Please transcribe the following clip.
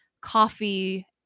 coffee